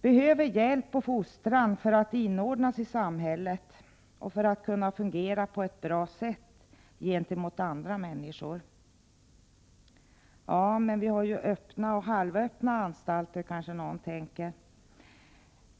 behöver hjälp och fostran för att inordnas i samhället och för att kunna fungera på ett bra sätt tillsammans med andra människor. Ja, men vi har ju öppna och halvöppna anstalter, tänker kanske någon.